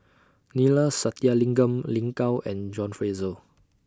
Neila Sathyalingam Lin Gao and John Fraser